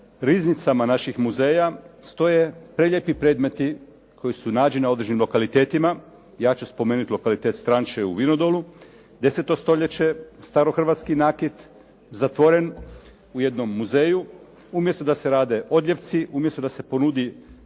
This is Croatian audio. riznicama naših muzeja stoje prelijepi predmeti koji su nađeni na određenim lokalitetima. Ja ću spomenuti lokalitet Stranče u Vinodolu 10. stoljeće starohrvatski nakit zatvoren u jednom muzeju umjesto da se rade odljevci, umjesto da se ponudi